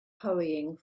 hurrying